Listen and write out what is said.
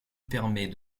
permet